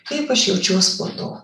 kaip aš jaučiuos po to